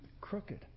crooked